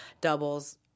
doubles